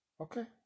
Okay